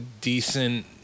decent